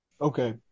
Okay